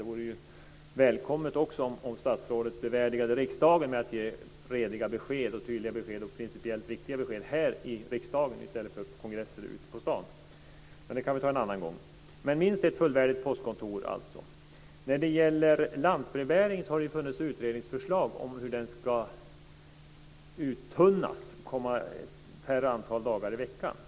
Det vore ju välkommet om statsrådet också bevärdigade riksdagen med att ge rediga, tydliga och principiellt viktiga besked här i riksdagen i stället för på kongresser ute på stan, men det kan vi diskutera någon annan gång. Men det ska vara minst ett fullvärdigt postkontor, alltså. När det gäller lantbrevbäring har det funnits utredningsförslag om hur den ska uttunnas till att ske färre antal dagar i veckan.